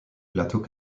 plateaux